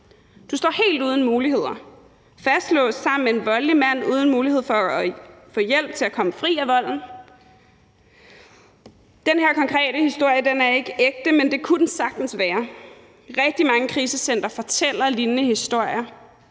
Du står helt uden muligheder – fastlåst sammen med en voldelig mand uden mulighed for at få hjælp til at komme fri af volden. Den her konkrete historie er ikke ægte, men det kunne den sagtens være. Rigtig mange krisecentre fortæller lignende historier